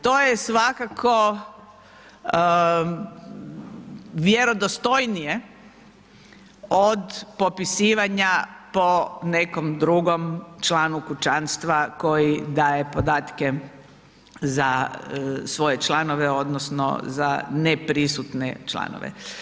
To je svakako vjerodostojnije od popisivanja po nekom drugom članu kućanstva koji daje podatke za svoje članove odnosno za neprisutne članove.